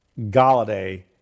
Galladay